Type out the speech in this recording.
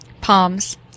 Palms